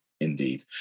indeed